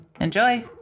enjoy